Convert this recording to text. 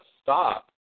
stop